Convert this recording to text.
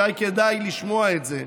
אולי כדאי לשמוע את זה,